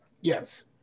Yes